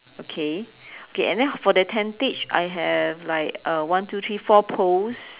okay okay and then for the tentage I have like uh one two three four poles